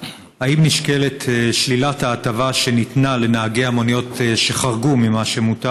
3. האם נשקלת שלילת ההטבה שניתנה לנהגי המוניות שחרגו ממה שמותר?